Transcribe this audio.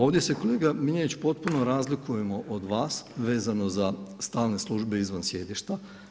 Ovdje se kolega Miljenić potpuno razlikujemo za vas vezano za stalne službe izvan sjedišta.